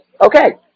Okay